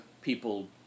people